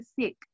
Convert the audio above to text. sick